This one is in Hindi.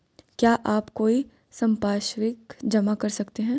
क्या आप कोई संपार्श्विक जमा कर सकते हैं?